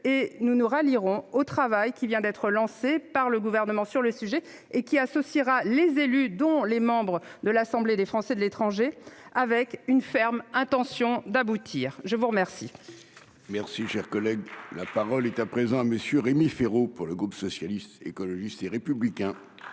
et nous nous rallierons au travail qui vient d'être lancé par le Gouvernement sur ce sujet. Il associera les élus, dont les membres de l'Assemblée des Français de l'étranger, avec la ferme intention d'aboutir. La parole